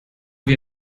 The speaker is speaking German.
wir